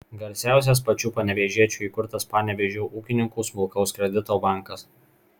garsiausias pačių panevėžiečių įkurtas panevėžio ūkininkų smulkaus kredito bankas